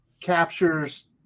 captures